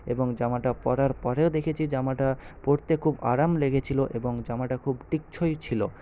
এবং জামাটা পরার পরেও দেখেছি জামাটা পরতে খুব আরাম লেগেছিল এবং জামাটা খুব টেকসই ছিল